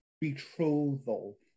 betrothal